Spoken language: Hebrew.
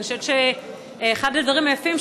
אני חושבת שאחד הדברים היפים,